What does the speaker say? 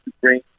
bring